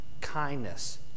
kindness